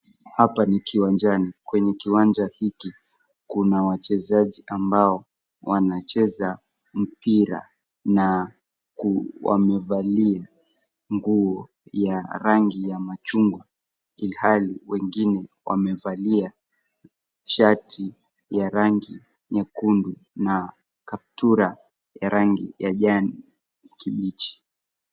Hapa ni kiwanjani. Kwenye kiwanja hiki kuna wachezaji ambao wanacheza mpira na wamevalia nguo ya rangi ya machungwa, ilhali wengine wamevalia shati ya rangi nyekundu na kaptura ya rangi ya jani kibichi.